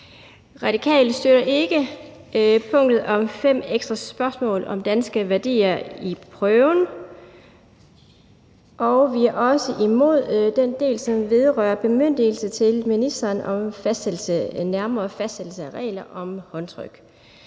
Radikale støtter heller ikke punktet om fem ekstra spørgsmål om danske værdier i prøven. Og vi er også imod den del, som vedrører bemyndigelse til ministeren om nærmere fastsættelse af regler om håndtryk.